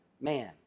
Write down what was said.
man